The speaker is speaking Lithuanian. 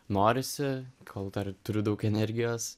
norisi kol dar turiu daug energijos